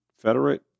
confederate